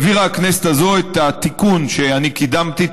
העבירה הכנסת הזו את התיקון שאני קידמתי,